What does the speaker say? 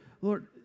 Lord